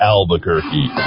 Albuquerque